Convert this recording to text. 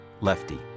Lefty